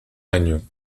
año